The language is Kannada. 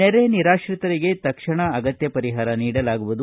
ನೆರೆ ನಿರಾತ್ರಿತರಿಗೆ ತಕ್ಷಣ ಅಗತ್ತ ಪರಿಹಾರ ನೀಡಲಾಗುವುದು